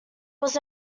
was